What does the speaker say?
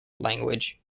language